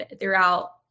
throughout